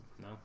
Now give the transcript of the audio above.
No